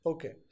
Okay